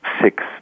six